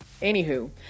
Anywho